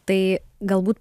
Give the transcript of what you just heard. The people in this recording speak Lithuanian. tai galbūt